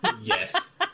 Yes